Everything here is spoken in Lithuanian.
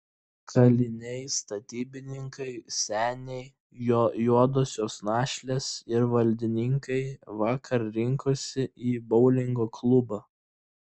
kaliniai statybininkai seniai juodosios našlės ir valdininkai vakar rinkosi į boulingo klubą